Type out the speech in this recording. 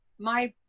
my